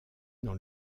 dans